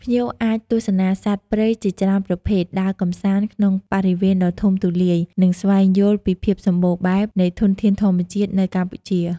ភ្ញៀវអាចទស្សនាសត្វព្រៃជាច្រើនប្រភេទ ដើរកម្សាន្តក្នុងបរិវេណដ៏ធំទូលាយ និងស្វែងយល់ពីភាពសម្បូរបែបនៃធនធានធម្មជាតិនៅកម្ពុជា។